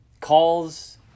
calls